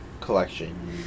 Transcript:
collection